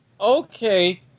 Okay